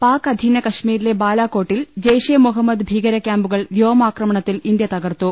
പാക് അധീന കശ്മീരിലെ ബാലാകോട്ടിൽ ജയ്ഷെ മുഹമ്മദ് ഭീകരക്യാമ്പുകൾ വ്യോമാക്രണത്തിൽ ഇന്ത്യ തകർത്തു